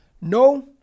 No